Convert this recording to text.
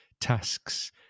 tasks